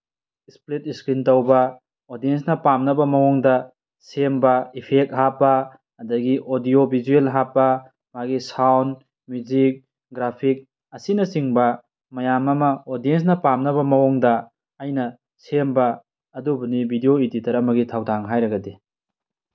split screen ꯇꯧꯕ ꯑꯣꯗꯤꯌꯦꯟꯁꯅ ꯄꯥꯝꯅꯕ ꯃꯑꯣꯡꯗ ꯁꯦꯝꯕ ꯏꯐꯦꯛ ꯍꯥꯞꯄ ꯑꯗꯒꯤ ꯑꯣꯗꯤꯑꯣ ꯚꯤꯖ꯭ꯋꯦꯜ ꯍꯥꯞꯄ ꯃꯥꯒꯤ ꯁꯥꯎꯟ ꯃ꯭ꯌꯨꯖꯤꯛ ꯒ꯭ꯔꯥꯐꯤꯛ ꯑꯁꯤꯅꯆꯤꯡꯕ ꯃꯌꯥꯝ ꯑꯃ ꯑꯣꯗꯤꯌꯦꯟꯁꯅ ꯄꯥꯝꯅꯕ ꯃꯑꯣꯡꯗ ꯑꯩꯅ ꯁꯦꯝꯕ ꯑꯗꯨꯕꯨꯅꯤ ꯚꯤꯗꯤꯑꯣ ꯏꯗꯤꯇꯔ ꯑꯃꯒꯤ ꯊꯧꯗꯥꯡ ꯍꯥꯏꯔꯒꯗꯤ